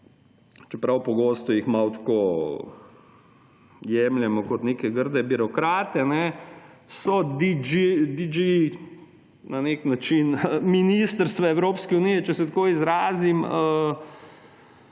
čeprav pogosto jih malo tako jemljemo kot neke grde birokrate, so DG-ji na nek način ministrstva Evropske unije, če se tako izrazim,